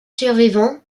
survivants